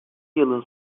yılın